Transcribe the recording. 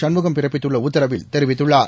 கண்முகம் பிறப்பித்துள்ள உத்தரவில் தெரிவித்துள்ளார்